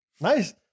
Nice